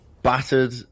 Battered